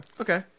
Okay